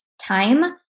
time